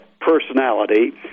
personality